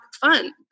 fun